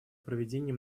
проведение